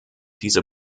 diese